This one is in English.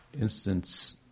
instance